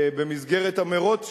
במסגרת המירוץ שלו,